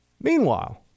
Meanwhile